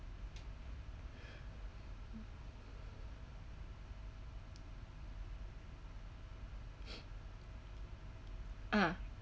ah